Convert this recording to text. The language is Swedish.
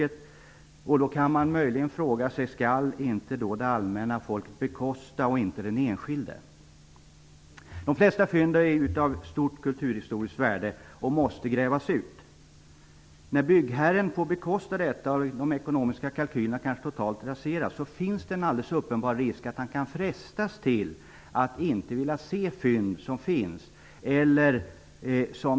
Då kan man möjligen fråga sig om det inte är det allmänna som skall stå för kostnaderna i stället för den enskilde. De flesta fynd är av stort kulturhistoriskt värde och måste grävas ut. När byggherren får bekosta detta och de ekonomiska kalkylerna kanske totalt raseras, finns det en alldeles uppenbar risk att han kan frestas till att inte vilja se fynd som finns.